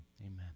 amen